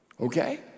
okay